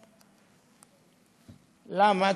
למה?